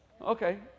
Okay